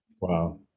Wow